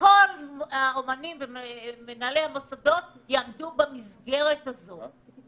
שכל מנהלי מוסדות התרבות יעמדו במסגרת שתציבו.